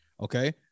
Okay